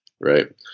right